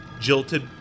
Jilted